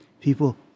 People